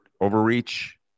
overreach